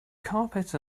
carpet